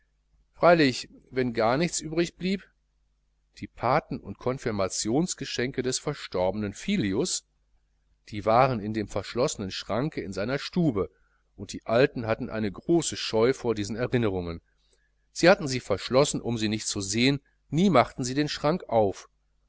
freilich wenn gar nichts übrig blieb die paten und konfirmationsgeschenke des verstorbenen filius die waren in dem verschlossenen schranke in seiner stube und die alten hatten eine große scheu vor diesen erinnerungen sie hatten sie verschlossen um sie nicht zu sehen nie machten sie den schrank auf